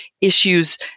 issues